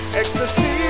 ecstasy